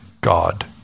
God